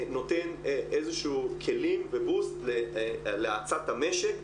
נותנים איזשהו כלים להאצת המשק,